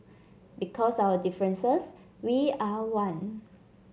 because of our differences we are one